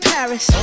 Paris